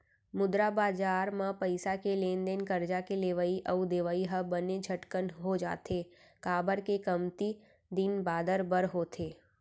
मुद्रा बजार म पइसा के लेन देन करजा के लेवई अउ देवई ह बने झटकून हो जाथे, काबर के कमती दिन बादर बर होथे